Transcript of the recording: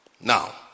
Now